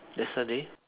yesterday